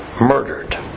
murdered